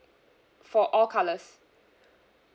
for all colours